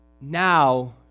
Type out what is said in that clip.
now